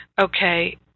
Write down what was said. okay